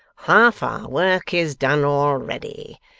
half our work is done already.